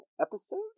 episode